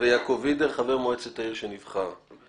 ויעקב וידר, חבר מועצת העיר שנבחר.